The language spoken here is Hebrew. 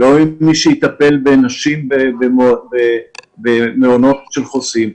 לא יהיה מי שיטפל בנשים במעונות חוסים,